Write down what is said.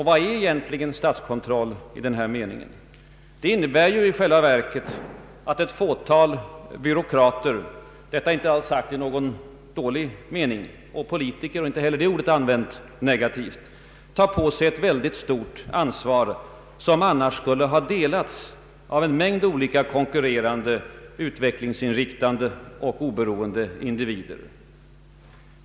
Vad är egentligen statskontroll i den här meningen? Det innebär i själva verket att ett fåtal byråkrater — detta icke alls sagt i någon dålig mening — och politiker — icke heller detta ord använt negativt — tar på sig ett mycket stort ansvar, som annars skulle ha delats av en mängd olika konkurrerande utvecklingsinriktade och oberoende individer.